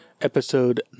episode